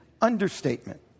understatement